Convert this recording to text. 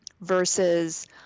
versus